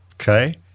okay